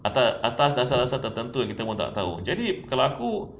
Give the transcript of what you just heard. atas atas rasa rasa tak tertentu yang tak tahu jadi kalau aku